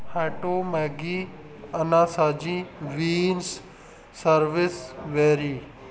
ਹਾਟੂ Maggi ਅਨਾਸਾਜੀ Venus service very